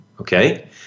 Okay